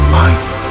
life